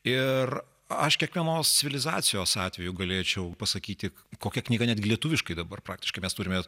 ir aš kiekvienos civilizacijos atveju galėčiau pasakyti kokia knyga netgi lietuviškai dabar praktiškai mes turime